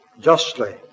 justly